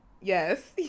yes